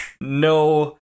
no